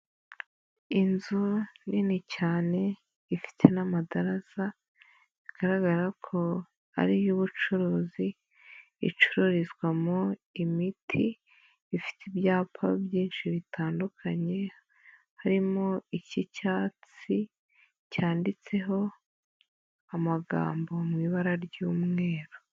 Inzu nini cyane ifite n'amadaraza, bigaragara ko ari iy'ubucuruzi icururizwamo imiti, ifite ibyapa byinshi bitandukanye harimo ik'icyatsi cyanditseho amagambo mu ibara ry'umweru.